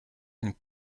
and